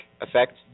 effect